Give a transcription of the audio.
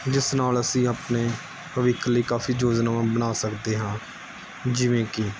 ਜਿਸ ਨਾਲ ਅਸੀਂ ਆਪਣੇ ਭਵਿੱਖ ਲਈ ਕਾਫ਼ੀ ਯੋਜਨਾਵਾਂ ਬਣਾ ਸਕਦੇ ਹਾਂ ਜਿਵੇਂ ਕਿ